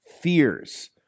fears